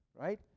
right